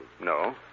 No